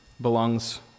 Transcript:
belongs